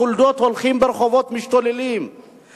החולדות הולכות ברחובות ומשתוללות,